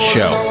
Show